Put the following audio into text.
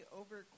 over